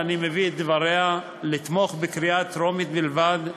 ואני מביא את דבריה: לתמוך בקריאה טרומית בלבד,